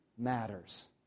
Matters